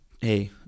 hey